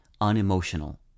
unemotional